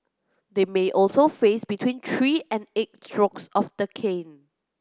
they may also face between three and eight strokes of the cane